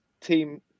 team